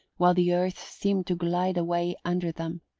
while the earth seemed to glide away under them,